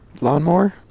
lawnmower